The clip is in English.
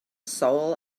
soul